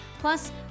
Plus